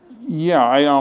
yeah, um